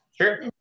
Sure